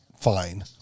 fine